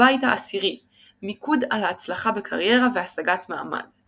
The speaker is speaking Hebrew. הבית ה-10 - מיקוד על הצלחה בקריירה והשגת מעמד.